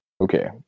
Okay